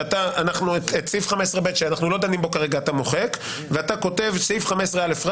שאת סעיף 15ב שאנחנו לא דנים בו כרגע אתה מוחק ואתה כותב בסעיף 15א: